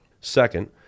second